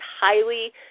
highly